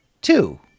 Two